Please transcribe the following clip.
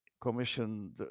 commissioned